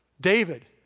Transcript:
David